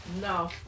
No